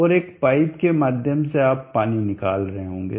और एक पाइप के माध्यम से आप पानी निकाल रहे होंगे